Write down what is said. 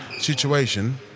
situation